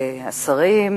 השרים,